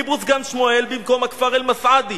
קיבוץ גן-שמואל במקום הכפר אל-מסעדי,